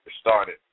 started